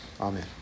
Amen